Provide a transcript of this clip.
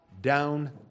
down